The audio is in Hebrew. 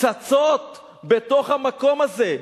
פצצות בתוך המקום הזה,